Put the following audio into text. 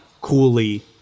coolly